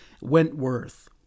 Wentworth